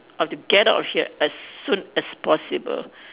I have to get out of here as soon as possible